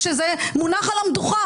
כשזה מונח על המדוכה.